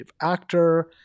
actor